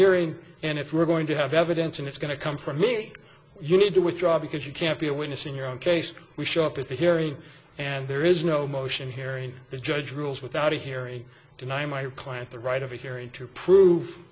hearing and if we're going to have evidence and it's going to come from me you need to withdraw because you can't be a witness in your own case we show up at the hearing and there is no motion hearing the judge rules without a hearing deny my client the right of a hearing to prove